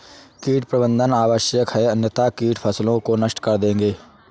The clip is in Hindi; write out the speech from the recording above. कीट प्रबंधन आवश्यक है अन्यथा कीट फसलों को नष्ट कर देंगे